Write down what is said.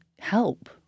help